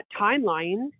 timeline